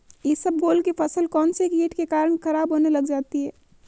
इसबगोल की फसल कौनसे कीट के कारण खराब होने लग जाती है?